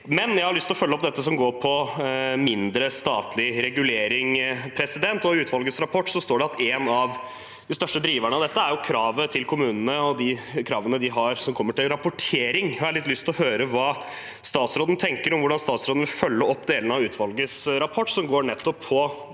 enig. Jeg har lyst til å følge opp det som går på mindre statlig regulering. I utvalgets rapport står det at en av de største driverne bak dette er kravene til kommunene og kravene som gjelder rapportering. Jeg har litt lyst til å høre hva statsråden tenker om hvordan han vil følge opp delene av utvalgets rapport som går på